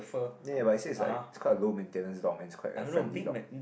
ya ya but it says is like it's quite a low maintenance dog and it's quite a friendly dog